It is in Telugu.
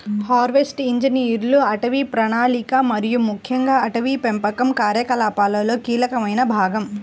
ఫారెస్ట్ ఇంజనీర్లు అటవీ ప్రణాళిక మరియు ముఖ్యంగా అటవీ పెంపకం కార్యకలాపాలలో కీలకమైన భాగం